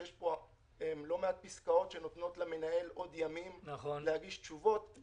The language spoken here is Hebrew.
שיש פה לא מעט פסקאות שנותנות למנהל עוד ימים להגיש תשובות.